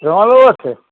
ৰঙালাও আছে